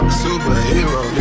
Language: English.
superhero